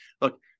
look